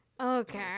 Okay